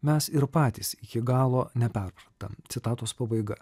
mes ir patys iki galo neperpratam citatos pabaiga